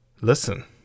Listen